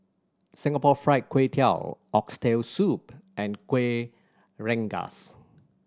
Singapore Fried Kway Tiao Oxtail Soup and Kuih Rengas